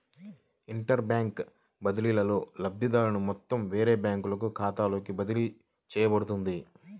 inter bank బదిలీలో, లబ్ధిదారుని మొత్తం వేరే బ్యాంకు ఖాతాలోకి బదిలీ చేయబడుతుంది